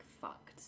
fucked